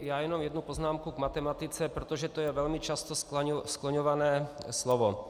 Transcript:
Já jenom jednu poznámku k matematice, protože to je velmi často skloňované slovo.